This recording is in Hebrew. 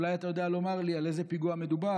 אולי אתה יודע לומר לי על איזה פיגוע מדובר